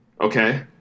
Okay